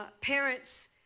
parents